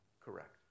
correct